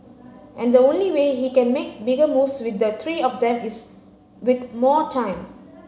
and the only way he can make bigger moves with the three of them is with more time